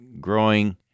growing